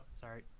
sorry